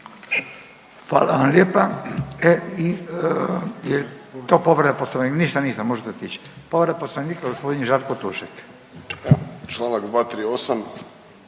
Hvala vam lijepa. Jel' to povreda Poslovnika? Ništa, ništa. Možete otići. Povreda Poslovnika gospodin Žarko Tušek. **Tušek,